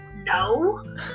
no